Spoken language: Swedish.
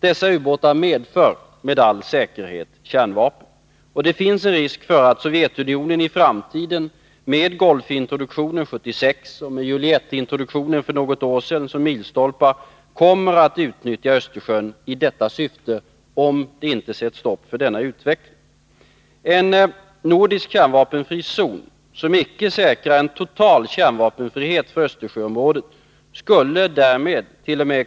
Dessa ubåtar medför med all säkerhet kärnvapen, och det finns en risk för att Sovjetunionen i framtiden, med Golfintroduktionen 1976 och med Juliettintroduktionen för något år sedan som milstolpar, kommer att utnyttja Östersjön i detta syfte, om det inte sätts stopp för utvecklingen. En nordisk kärnvapenfri zon som icke säkrar total kärnvapenfrihet för Östersjöområdet skulle därmedt.o.m.